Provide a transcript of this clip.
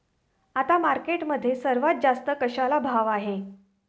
आता मार्केटमध्ये सर्वात जास्त कशाला भाव आहे?